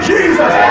Jesus